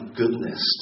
goodness